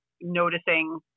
noticing